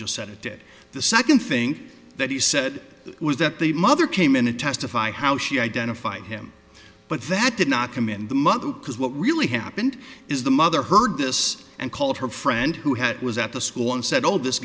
just said it did the second thing that he said was that the mother came in and testify how she identified him but that did not commend the mother because what really happened is the mother heard this and called her friend who had was at the school and said oh this